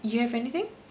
you have anything